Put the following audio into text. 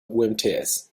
umts